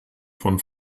von